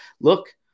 look